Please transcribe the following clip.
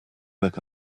work